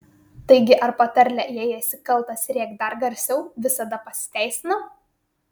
taigi ar patarlė jei esi kaltas rėk dar garsiau visada pasiteisina